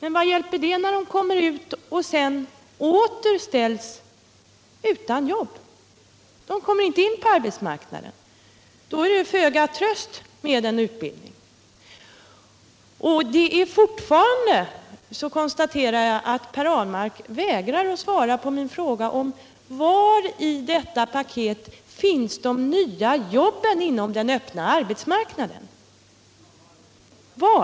Men vad hjälpte det när de kom ut och sedan åter ställdes utan jobb? De kom inte in på arbetsmarknaden. Då är det föga tröst med utbildning. Jag konstaterar att Per Ahlmark fortfarande vägrar svara på min fråga: 127 för att främja sysselsättningen Var i detta paket finns de nya jobben på den öppna arbetsmarknaden?